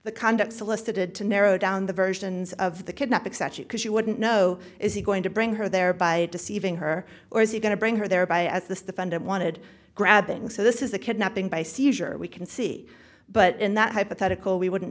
the conduct solicited to narrow down the versions of the kidnap except you because you wouldn't know is he going to bring her there by deceiving her or is he going to bring her there by as the defendant wanted grabbing so this is a kidnapping by seizure we can see but in that hypothetical we wouldn't